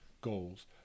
goals